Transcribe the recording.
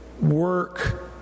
work